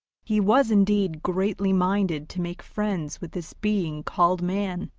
he was indeed greatly minded to make friends with this being called man,